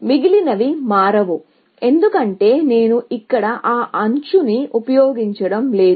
మిగిలినవి మారవు ఎందుకంటే నేను ఇక్కడ ఆ ఎడ్జ్ ని ముఖ్యంగా ఉపయోగించడం లేదు